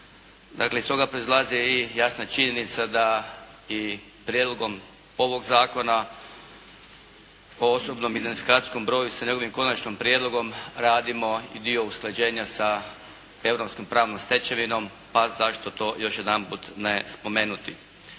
Dakle, iz toga proizlazi i jasna činjenica da i prijedlogom ovog Zakona o osobnom identifikacijskom broju sa njegovim konačnim prijedlogom, radimo i dio usklađenja sa europskom pravnom stečevinom, pa zašto to još jedanput ne spomenuti.